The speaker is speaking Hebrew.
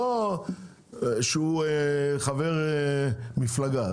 לא שהוא חבר מפלגה.